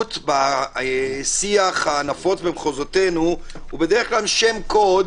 התייעלות בשיח הנפוץ במחוזותינו הוא בדרך כלל שם קוד,